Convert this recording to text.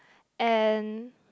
and